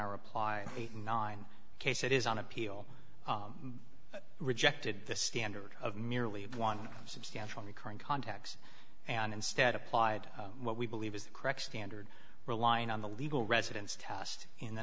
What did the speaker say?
our reply eighty nine case that is on appeal rejected the standard of nearly one substantial recurring contacts and instead applied what we believe is the correct standard relying on the legal residence test in the